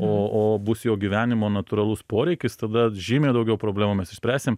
o o bus jo gyvenimo natūralus poreikis tada žymiai daugiau problemų mes išspręsim